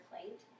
plate